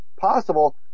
possible